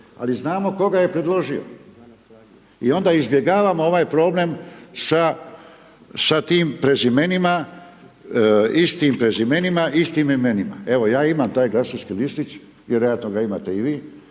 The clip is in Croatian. ali znamo tko ga je predložio. I onda izbjegavamo ovaj problem sa tim prezimenima, istim prezimenima, istim imenima. Evo ja imam taj glasački listić, vjerojatno ga imate i vi